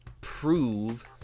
prove